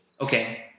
Okay